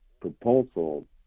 proposal